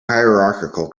hierarchical